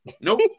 Nope